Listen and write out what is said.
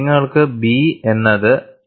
നിങ്ങൾക്ക് B എന്നത് 2